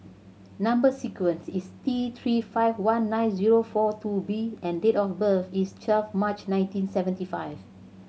number sequence is T Three five one nine zero four two B and date of birth is twelve March nineteen seventy five